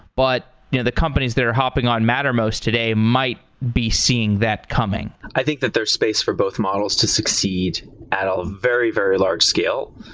but you know the companies that are hopping on mattermost today might be seen that coming. i think that there's space for both models to succeed at a very, very large scale.